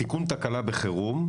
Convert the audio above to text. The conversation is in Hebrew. תיקון תקלה בחירום,